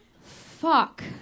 fuck